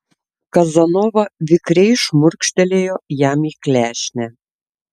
kazanova vikriai šmurkštelėjo jam į klešnę